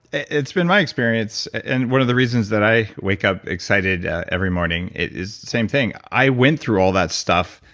it's been my experience, and one of the reasons that i wake up excited every morning, is the same thing. i went through all that stuff,